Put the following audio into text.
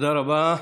תודה רבה.